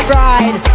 ride